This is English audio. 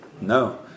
No